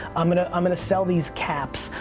i'm gonna i'm gonna sell these caps,